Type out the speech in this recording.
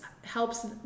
helps